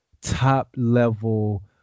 top-level